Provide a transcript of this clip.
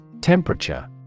Temperature